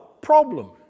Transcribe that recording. problem